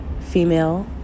female